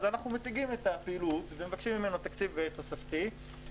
אנחנו מציגים את הפעילות ומבקשים ממנו תקציב תוספתי.